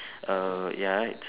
err ya its